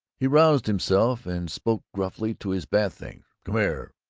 he roused himself and spoke gruffly to his bath-things. come here!